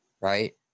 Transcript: right